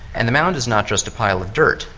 and the mound is not just a pile of dirt,